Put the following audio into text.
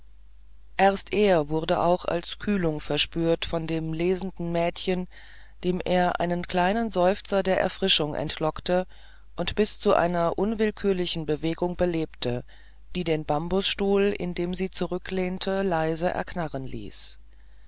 erst er wurde auch als kühlung verspürt von dem lesenden mädchen dem er einen kleinen seufzer der erfrischung entlockte und bis zu einer unwillkürlichen bewegung belebte die den bambusstuhl in dem sie zurücklehnte leise erknarren ließ